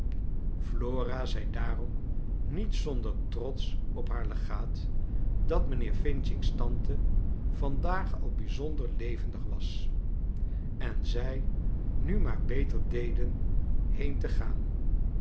flora zei daarom niet z onder trots op haar legaat dat mijnheer f's tante vandaag al bij z onder levendig was en zij nu maar beter deden heen te gaan